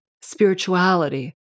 spirituality